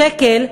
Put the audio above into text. השקל,